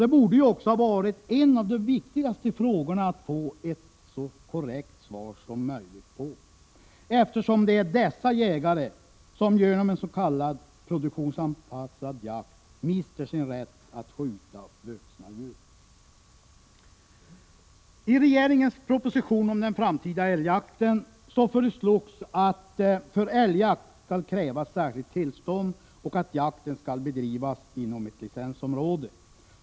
Det borde ju också ha varit en av de viktigaste frågorna att få så korrekt som möjligt besvarad, eftersom det är dessa jägare som genom en s.k. produktionsanpassad jakt mister sin rätt att skjuta vuxna djur. I regeringens proposition om den framtida älgjakten föreslogs att för älgjakt skall krävas särskilt tillstånd och att jakten skall bedrivas inom ett licensområde.